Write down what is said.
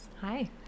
Hi